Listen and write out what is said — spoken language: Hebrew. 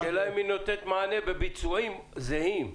השאלה אם היא נותנת מענה בביצועים זהים.